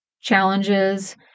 challenges